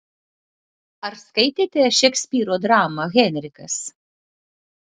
ar skaitėte šekspyro dramą henrikas